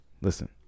listen